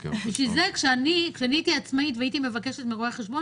--- כשאני הייתי עצמאית הייתי מבקשת הפרדה מרואה החשבון